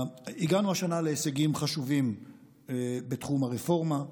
הגענו השנה להישגים חשובים בתחום הרפורמה,